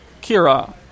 Kira